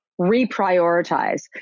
reprioritize